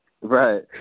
Right